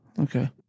Okay